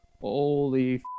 holy